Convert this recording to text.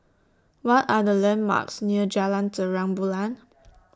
What Are The landmarks near Jalan Terang Bulan